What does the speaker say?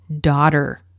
daughter